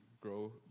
grow